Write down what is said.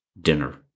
dinner